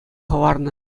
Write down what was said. хӑварнӑ